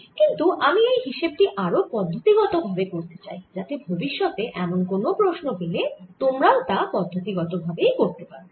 কিন্তু আমি এই হিসেব টি আরো পদ্ধতিগতভাবে করতে চাই যাতে ভবিষ্যতে এমন কোন প্রশ্ন পেলে তোমরাও তা পদ্ধতিগতভাবেই করতে পারো